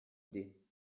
idées